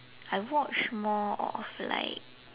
I watch more of like